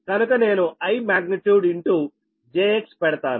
కనుక నేను I magnitude into j X పెడతాను